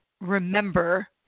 remember